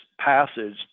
passage